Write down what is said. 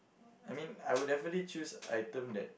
I mean I would definitely choose item that